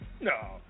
No